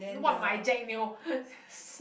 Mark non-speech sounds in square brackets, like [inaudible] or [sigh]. what my jack neo [laughs]